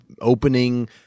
opening